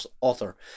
author